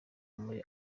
muri